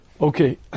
Okay